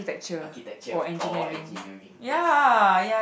architecture or engineering yes